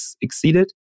exceeded